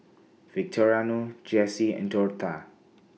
Victoriano Jessi and Dortha